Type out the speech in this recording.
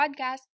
podcast